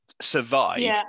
survive